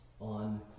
on